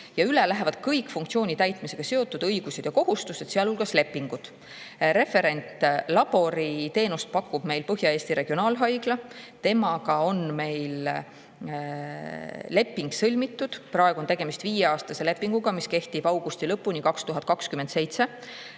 ja üle lähevad kõik funktsiooni täitmisega seotud õigused ja kohustused, sealhulgas lepingud. Referentlabori teenust pakub meil Põhja-Eesti Regionaalhaigla – temaga on meil leping sõlmitud, praegu on tegemist viieaastase lepinguga, mis kehtib 2027.